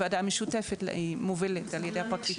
הוועדה המשותפת מובלת על ידי הפרקליטות.